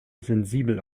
sensibel